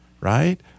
right